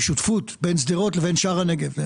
בשותפות בין שדרות לבין שער הנגב.